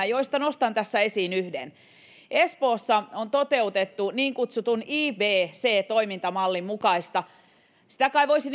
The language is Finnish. joista nostan tässä esiin yhden espoossa on toteutettu niin kutsutun ipc toimintamallin mukaista välimallia palveluissa joksi sitä kai voisi